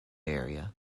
area